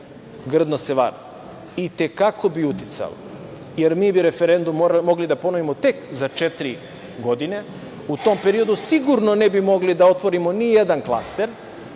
grdno se vara. I te kako bi uticalo, jer mi bi referendum mogli da ponovimo tek za četiri godine. U tom periodu sigurno ne bi mogli da otvorimo ni jedan klaster,